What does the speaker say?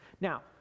Now